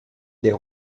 des